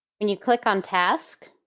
when you click on task,